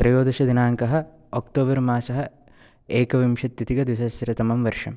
त्रयोदशदिनाङ्कः अक्टोबर्मासः एकविंशत्यधिकद्विसहस्रतमं वर्षं